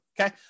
okay